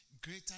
greater